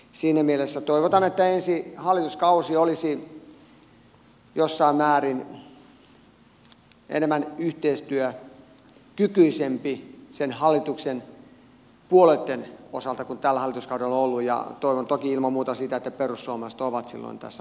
siinä mielessä toivotaan että ensi hallituskausi olisi jossain määrin enemmän yhteistyökykyinen hallituksen puolueitten osalta kuin tällä hallituskaudella on ollut ja toivon toki ilman muuta sitä että perussuomalaiset ovat silloin tässä hallituksessa mukana